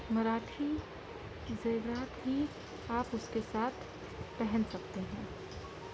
مراٹھی زیورات ہی آپ اس کے ساتھ پہن سکتے ہیں